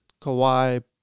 Kawhi